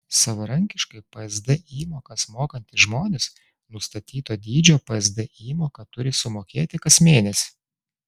savarankiškai psd įmokas mokantys žmonės nustatyto dydžio psd įmoką turi sumokėti kas mėnesį